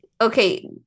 okay